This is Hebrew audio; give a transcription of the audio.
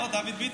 אוה, דוד ביטן.